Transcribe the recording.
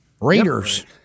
Raiders